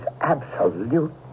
absolute